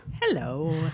Hello